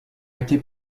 été